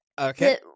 Okay